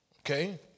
Okay